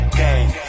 game